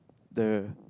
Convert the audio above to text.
the